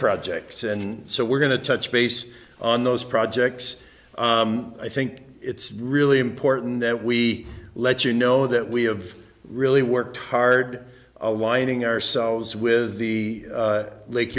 projects and so we're going to touch base on those projects i think it's really important that we let you know that we have really worked hard aligning ourselves with the lake